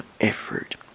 effort